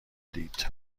دید